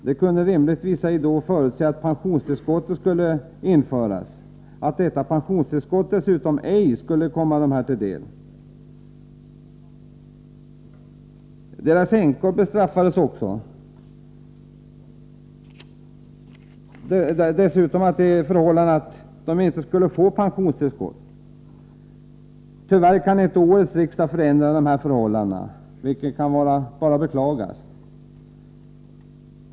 De kunde rimligtvis ej förutse att ett pensionstillskott skulle införas och att detta pensionstillskott dessutom ej skulle komma dessa grupper till del. Deras änkor bestraffades också — de skulle inte heller få något pensionstillskott. Tyvärr kan inte årets riksdag förändra dessa förhållanden, vilket bara kan beklagas.